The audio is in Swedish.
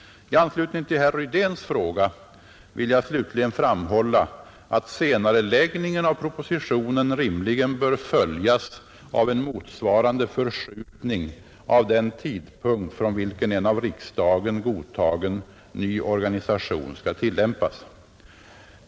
I anslutning till herr Rydéns fråga vill jag slutligen framhålla, att senareläggningen av propositionen rimligen bör följas av en motsvarande förskjutning av den tidpunkt från vilken en av riksdagen godtagen ny organisation skall tillämpas.